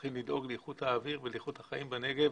צריכים לדאוג לאיכות האוויר ואיכות החיים בנגב